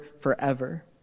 forever